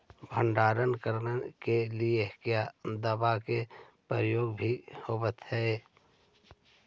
भंडारन करने के लिय क्या दाबा के प्रयोग भी होयतय?